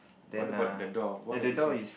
what about the door what does it say